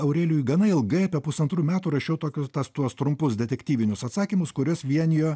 aureliui gana ilgai apie pusantrų metų rašiau tokius tas tuos trumpus detektyvinius atsakymus kuriuos vienijo